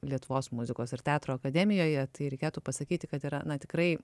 lietuvos muzikos ir teatro akademijoje tai reikėtų pasakyti kad yra na tikrai